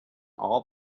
all